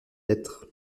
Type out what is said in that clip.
être